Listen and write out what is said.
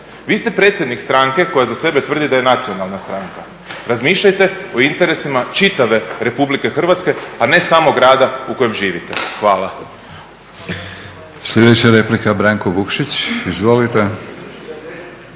Vi ste predsjednik stranke koja za sebe tvrdi da je nacionalna stranka, razmišljajte o interesima čitave Republike Hrvatske, a ne samo grada u kojem živite. Hvala.